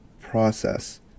process